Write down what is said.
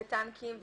הטנקים.